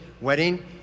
wedding